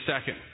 second